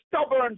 stubborn